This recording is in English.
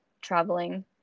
traveling